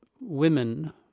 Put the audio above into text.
women